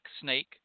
snake